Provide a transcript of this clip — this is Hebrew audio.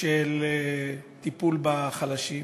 של טיפול בחלשים.